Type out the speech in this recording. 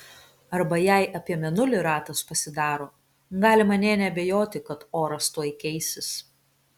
arba jei apie mėnulį ratas pasidaro galima nė neabejoti kad oras tuoj keisis